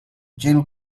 jill